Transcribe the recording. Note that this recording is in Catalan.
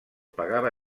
pagava